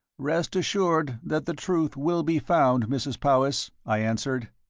rest assured that the truth will be found, mrs. powis, i answered.